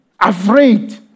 afraid